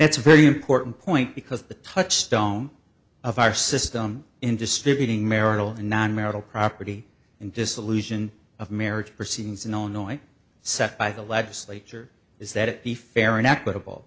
it's a very important point because the touchstone of our system in distributing marital non marital property and dissolution of marriage proceedings in illinois set by the legislature is that it be fair and equitable